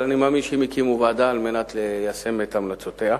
אבל אני מאמין שהם הקימו ועדה על מנת ליישם את המלצותיה.